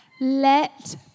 Let